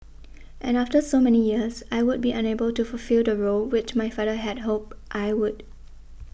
and after so many years I would be unable to fulfil the role which my father had hoped I would